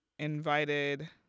Invited